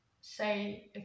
say